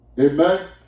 Amen